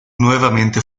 nuevamente